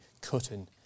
cutting